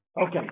Okay